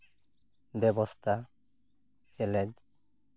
ᱵᱮᱵᱚᱥᱛᱷᱟ ᱪᱮᱞᱮᱧᱡᱽ